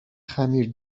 خمیر